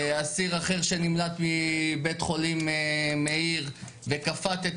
אסיר אחר שנמלט מבית חולים מאיר וכפת את